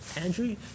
Andrew